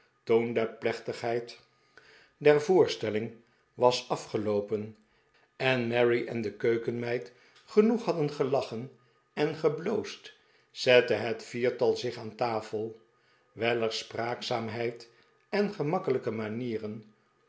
de plechtigheid der voorstelling was afgeloopen en mary en de keukenmeid sam weller in de keuken genoeg hadden gelachen en gebloosd zette het viertal zich aan tafel welter's spraakzaamheid en gemakkelijke manieren